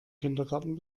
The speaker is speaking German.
kindergarten